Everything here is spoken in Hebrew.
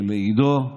ולעידו,